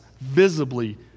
visibly